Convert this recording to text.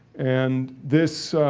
and this